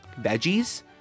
veggies